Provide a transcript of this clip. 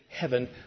heaven